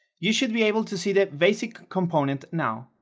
you should be able to see the basic component now